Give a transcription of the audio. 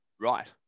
Right